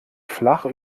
flach